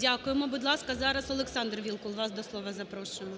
Дякуємо. Будь ласка, зараз ОлександрВілкул, вас до слова запрошуємо.